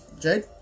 Jade